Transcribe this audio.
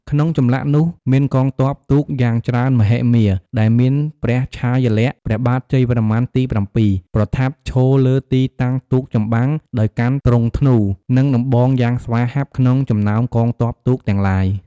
ក្នុងចម្លាក់នោះ មានកងទ័ពទូកយ៉ាងច្រើនមហិមាដែលមានព្រះឆាយាល័ក្ខណ៍ ព្រះបាទជ័យវរ្ម័នទី៧ ប្រថាប់ឈរលើទីតាំងទូកចម្បាំងដោយកាន់ទ្រង់ធ្នូ និងដំបងយ៉ាងស្វាហាប់ក្នុងចំណោមកងទ័ពទូកទាំងឡាយ។